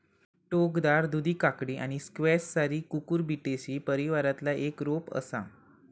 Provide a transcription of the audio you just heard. टोकदार दुधी काकडी आणि स्क्वॅश सारी कुकुरबिटेसी परिवारातला एक रोप असा